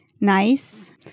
nice